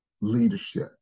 leadership